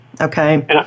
Okay